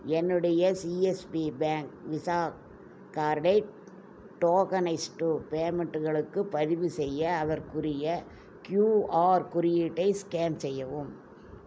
என்னுடைய CSB bank Visa கார்டை tokenised பேமெண்ட்களுக்கு பதிவுசெய்ய அதற்குரிய க்யூஆர் குறியீட்டை ஸ்கேன் செய்யவும்